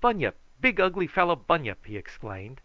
bunyip big ugly fellow bunyip! he exclaimed